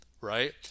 right